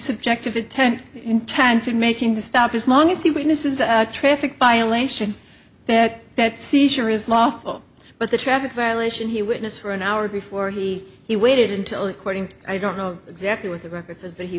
subjective intent intent to making the stop as long as he witnesses a traffic violation that that seizure is lawful but the traffic violation he witnessed for an hour before he he waited until according to i don't know exactly what the record says that he